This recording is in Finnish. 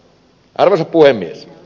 arvoisa puhemies